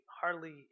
hardly